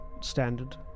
standard